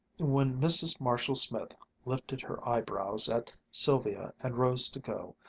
when mrs. marshall-smith lifted her eyebrows at sylvia and rose to go,